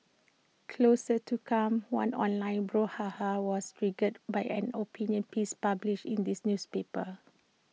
closer to come one online brouhaha was triggered by an opinion piece published in this newspaper